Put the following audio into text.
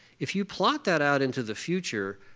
if you plot that out into the future,